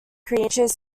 creatures